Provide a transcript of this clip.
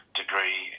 degree